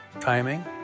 timing